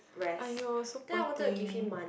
!aiyo! so poor thing